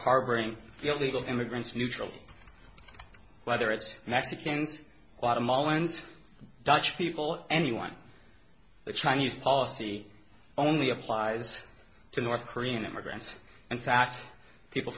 harboring illegal immigrants neutral whether it's mexicans a lot of mullens dutch people anyone the chinese policy only applies to north korean immigrants in fact people